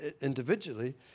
individually